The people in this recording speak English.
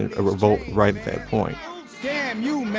a revolt right at that point damn you,